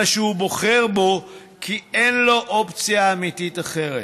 אלא שהוא בוחר בו כי אין לו אופציה אמיתית אחרת.